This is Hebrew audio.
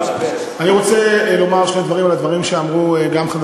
אני רוצה לומר שני דברים על מה שאמרו גם חבר